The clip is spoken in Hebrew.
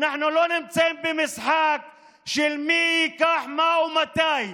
אנחנו לא נמצאים במשחק של מי ייקח, מה ומתי,